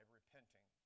repenting